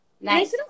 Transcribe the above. Nice